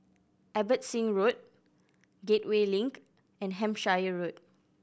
Abbotsingh Road Gateway Link and Hampshire Road